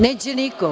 Neće niko?